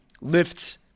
lifts